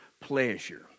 pleasure